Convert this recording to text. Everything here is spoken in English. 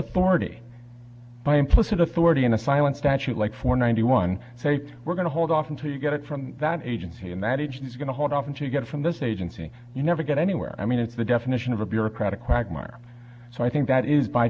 authority by implicit authority in a silent statute like four ninety one say we're going to hold off until you get it from that agency and that engine is going to hold off until you get from this agency you never get anywhere i mean it's the definition of a bureaucratic quagmire so i think that is by